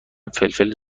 فلفل